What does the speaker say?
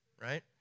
right